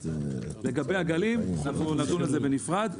לגבי עגלים, נדון על זה בנפרד.